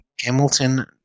Hamilton